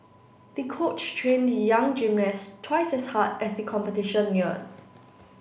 the coach trained the young gymnast twice as hard as the competition neared